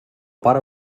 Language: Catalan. para